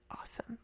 awesome